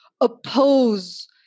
oppose